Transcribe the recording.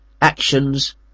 actions